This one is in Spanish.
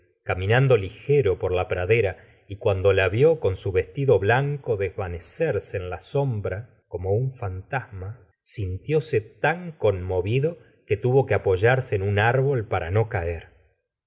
caminando ligero por la pradera y cuando la vio con su vestido blanco desvanecerse en la sombra como un fantasma sintióse tan conmovido que tuvo que apoyarse en un árbol para no caer